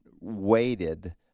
waited